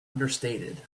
understated